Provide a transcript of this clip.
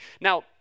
Now